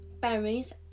berries